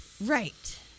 right